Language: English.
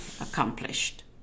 accomplished